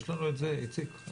יש לנו את זה, איציק?